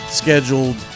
scheduled